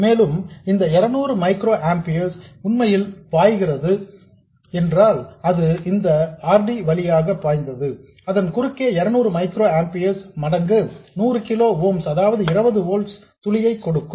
மேலும் இந்த 200 மைக்ரோஆம்பியர்ஸ் உண்மையில் பாய்கிறது என்றால் அது இந்த R D வழியாக பாய்ந்து அதன் குறுக்கே 200 மைக்ரோஆம்பியர்ஸ் மடங்கு 100 கிலோ ஓம்ஸ் அதாவது 20 ஓல்ட்ஸ் துளியை கொடுக்கும்